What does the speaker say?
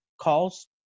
calls